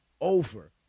over